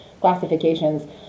classifications